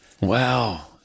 Wow